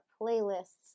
playlists